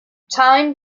time